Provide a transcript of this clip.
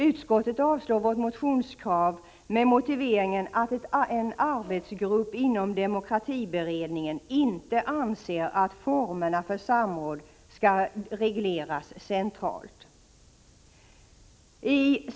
Utskottet avstyrker vårt motionskrav med motiveringen att en arbetsgrupp inom demokratiberedningen inte anser att formerna för samråd skall regleras centralt.